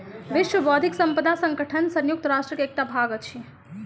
विश्व बौद्धिक संपदा संगठन संयुक्त राष्ट्रक एकटा भाग अछि